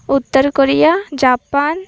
Uttar Korea Japan